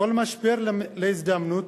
כל משבר להזדמנות,